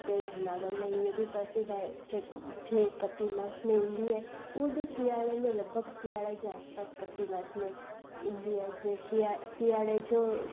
हिते जूनागढ़ में हीअ बि प्रसिद्ध आहे जेको जे कती मास में ईंदी आहे उहा बि सियारे में लॻभॻि सियारे जे आसिपासि कती मास में ईंदी आहे जंहिं सिआ सियारे जो